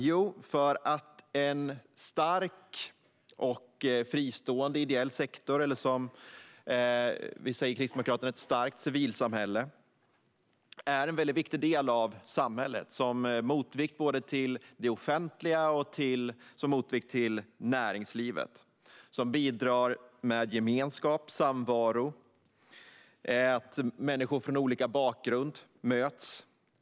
Jo, för att en stark och fristående ideell sektor, eller ett starkt civilsamhälle, som vi säger inom Kristdemokraterna, är en viktig del av samhället som en motvikt både till det offentliga och till näringslivet. Det bidrar med gemenskap, samvaro och att människor från olika bakgrund möts.